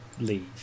Leave